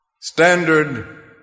standard